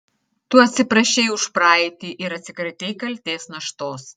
tu atsiprašei už praeitį atsikratei kaltės naštos